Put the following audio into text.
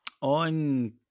on